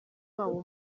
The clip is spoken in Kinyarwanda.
wabo